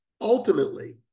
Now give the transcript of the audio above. ultimately